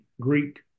greek